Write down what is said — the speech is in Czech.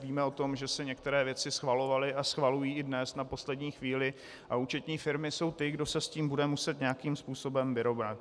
Víme o tom, že se některé věci schvalovaly a schvalují i dnes na poslední chvíli, a účetní firmy jsou ty, kdo se s tím bude muset nějakým způsobem vyrovnat.